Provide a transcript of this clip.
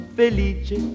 felice